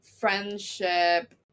friendship